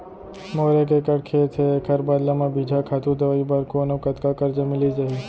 मोर एक एक्कड़ खेत हे, एखर बदला म बीजहा, खातू, दवई बर कोन अऊ कतका करजा मिलिस जाही?